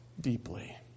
deeply